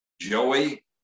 Joey